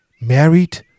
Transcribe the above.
Married